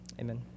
Amen